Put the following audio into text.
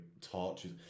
tortures